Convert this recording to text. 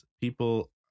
people